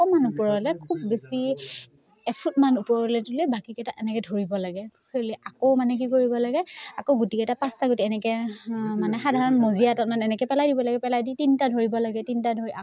অকণমান ওপৰলৈ খুব বেছি এফুটমান ওপৰলৈ তোলে বাকীকেইটা এনেকৈ ধৰিব লাগে ধৰি লৈ আকৌ মানে কি কৰিব লাগে আকৌ গুটিকেইটা পাঁচটা গুটি এনেকৈ মানে সাধাৰণ মজিয়া এটাত মানে এনেকৈ পেলাই দিব লাগে পেলাই দি তিনিটা ধৰি লাগে তিনিটা ধৰি আকৌ